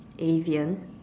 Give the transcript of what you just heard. Avian